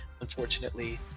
unfortunately